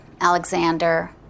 Alexander